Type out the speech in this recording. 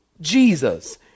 Jesus